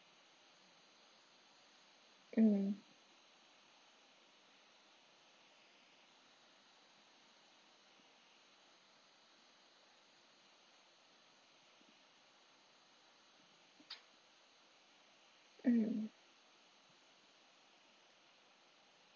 mm mm